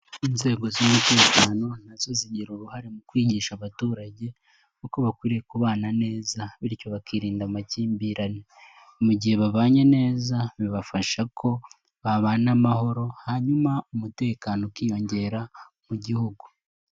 Inzego z'umutekano na zo zigira uruhare mu kwigisha abaturage uko bakwiye kubana neza bityo bakirinda amakimbirane, mu gihe babanye neza bibafasha ko babana amahoro hanyuma umutekano ukiyongera mu gihugu.